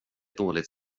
dåligt